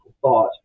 thought